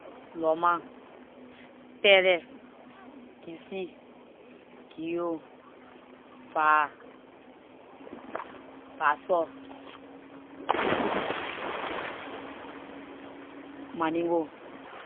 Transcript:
Lorma, kpelle, gissi, gio, vai, bassa, mandingo dah all